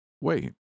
Wait